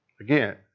Again